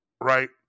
Right